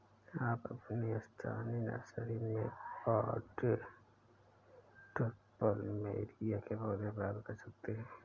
आप अपनी स्थानीय नर्सरी में पॉटेड प्लमेरिया के पौधे प्राप्त कर सकते है